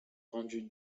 rendue